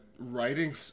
Writing